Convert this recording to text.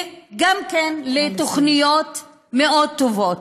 גם לתוכניות מאוד טובות,